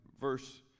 verse